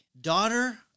daughter